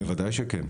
בוודאי שכן.